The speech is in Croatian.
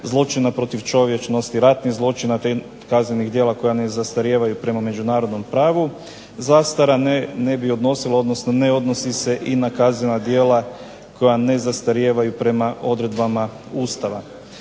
zločina protiv čovječnosti, ratnih zločina te kaznenih djela koja ne zastarijevaju prema međunarodnom pravu. Zastara se ne odnosi se i na kaznena djela koja ne zastarijevaju prema odredbama Ustava.